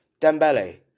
Dembele